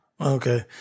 Okay